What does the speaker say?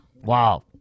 Wow